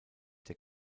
der